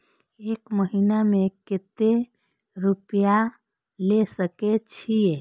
एक महीना में केते रूपया ले सके छिए?